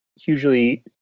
hugely